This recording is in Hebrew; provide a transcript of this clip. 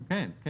כן.